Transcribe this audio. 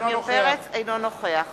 אינו נוכח